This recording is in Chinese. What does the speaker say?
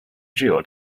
具有